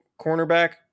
cornerback